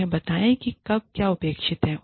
उन्हें बताएं कि कब क्या अपेक्षित है